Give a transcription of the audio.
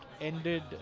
ended